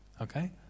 Okay